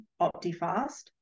Optifast